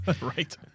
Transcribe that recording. Right